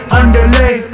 underlay